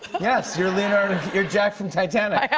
yes, you're leonardo you're jack from titanic. oh,